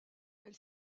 elle